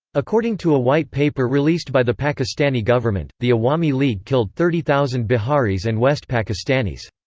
according to a white paper released by the pakistani government, the awami league killed thirty thousand biharis and west pakistanis.